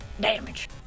Damage